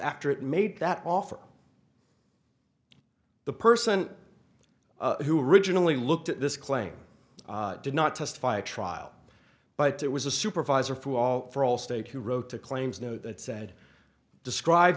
after it made that offer the person who originally looked at this claim did not testify at trial but it was a supervisor for all for all stake who wrote the claims note that said describe